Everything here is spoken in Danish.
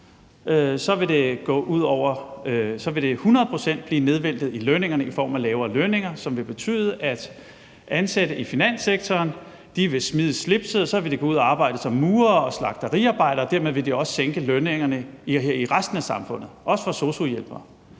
procent blive nedvæltet i lønningerne i form af lavere lønninger, som vil betyde, at ansatte i finanssektoren vil smide slipset og gå ud og arbejde som murere og slagteriarbejdere, og dermed vil det også sænke lønningerne i resten af samfundet, også for sosu-hjælpere.